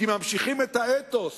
כי ממשיכים את האתוס